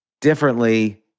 differently